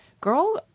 girl